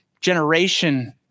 generation